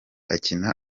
akina